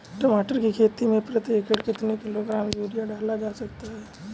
टमाटर की खेती में प्रति एकड़ कितनी किलो ग्राम यूरिया डाला जा सकता है?